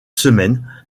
semaine